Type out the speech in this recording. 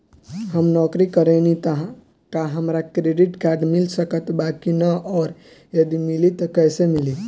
हम नौकरी करेनी त का हमरा क्रेडिट कार्ड मिल सकत बा की न और यदि मिली त कैसे मिली?